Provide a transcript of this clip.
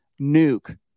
nuke